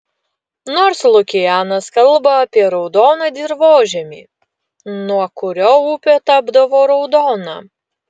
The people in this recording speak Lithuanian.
nors lukianas kalba apie raudoną dirvožemį nuo kurio upė tapdavo raudona